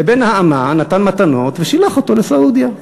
לבן האמה נתן מתנות ושילח אותו לסעודיה.